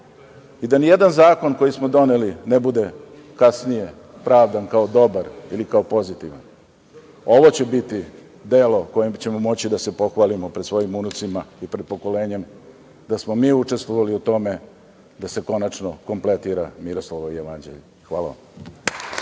i da nijedan zakon koji smo doneli ne bude kasnije pravdan kao dobar ili kao pozitivan. Ovo će biti delo kojim ćemo moći da se pohvalimo pred svojim unucima i pred pokolenjem da smo mi učestvovali u tome da se konačno kompletira Miroslavljevo jevanđelje. Hvala vam.